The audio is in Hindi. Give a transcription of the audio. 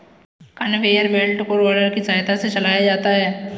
कनवेयर बेल्ट को रोलर की सहायता से चलाया जाता है